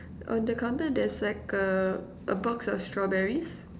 on the counter there's like uh a box of strawberries